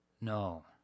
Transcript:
No